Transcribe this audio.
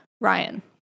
Ryan